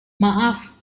maaf